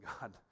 God